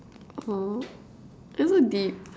!aww! it's so deep